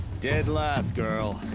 dead last, girl.